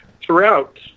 throughout